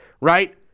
right